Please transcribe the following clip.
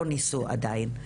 לא ניסו עדיין.